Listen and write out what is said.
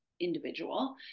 individual